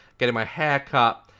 getting my hair cut,